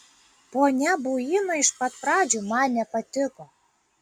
ponia buino iš pat pradžių man nepatiko